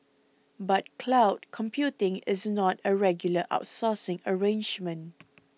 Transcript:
but cloud computing is not a regular outsourcing arrangement